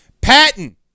Patton